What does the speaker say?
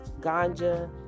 ganja